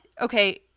Okay